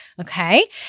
okay